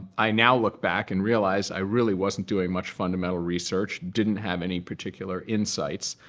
i now look back and realize i really wasn't doing much fundamental research, didn't have any particular insights.